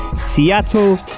Seattle